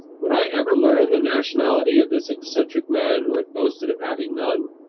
would i ever learn the nationality of this eccentric man who had boasted of having none?